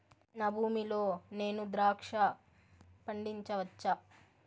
నా భూమి లో నేను ద్రాక్ష పండించవచ్చా?